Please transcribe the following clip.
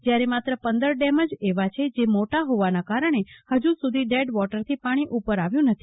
જયારે માત્ર વર્ષ ડેમે જ એવા છે જે મોટા હોવાના કારણે ફજુ સુધી ડેડ વોટર થી પાણી ઉપર આવ્યું નથી